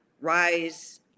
rise